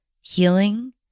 healing